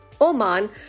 Oman